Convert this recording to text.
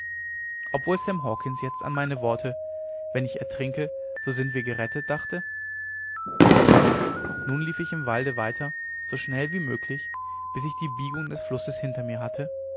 wohl sam hawkens jetzt an meine worte wenn ich ertrinke so sind wir gerettet dachte nun lief ich im walde weiter so schnell wie möglich bis ich die biegung des flusses hinter mir hatte